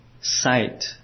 sight